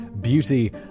beauty